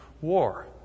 war